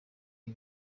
iyi